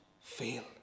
fail